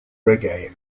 reggae